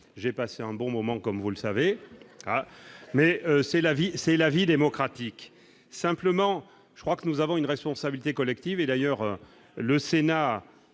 j'ai passé un bon moment, comme vous le savez, mais c'est la vie c'est la vie démocratique, simplement je crois que nous avons une responsabilité collective et d'ailleurs le Sénat